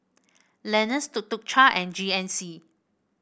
Lenas Tuk Tuk Cha and G N C